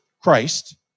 Christ